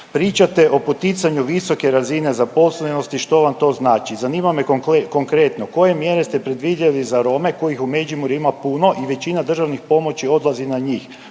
Pričate o poticanju visoke razine zaposlenosti što vam to znači? Zanima me konkretno koje mjere ste predvidjeli za Rome kojih u Međimurju ima puno i većina državnih pomoći odlazi na njih,